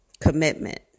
commitment